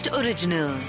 original